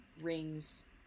rings